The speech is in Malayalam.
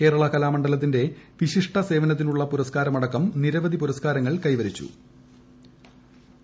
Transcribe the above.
കേരള കലാമണ്ഡലത്തിന്റെ വിശിഷ്ട സേവനത്തിനുള്ള പുരസ്ക്കാരമടക്കം നിരവധി പുരസ്ക്കാരങ്ങൾ കൈവരിച്ചിട്ടുണ്ട്